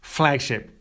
flagship